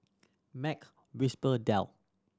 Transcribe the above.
Mac Whisper Dell